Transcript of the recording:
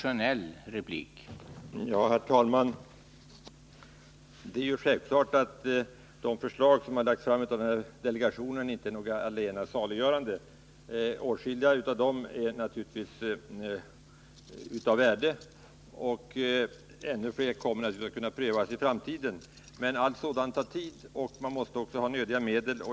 Herr talman! Det är självklart att de förslag som har lagts fram av delegationen inte är allena saliggörande. Åtskilliga av dem är naturligtvis av värde, och ännu fler kommer att kunna prövas i framtiden. Men allt sådant tar tid, och man måste också ha nödvändiga medel.